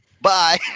Bye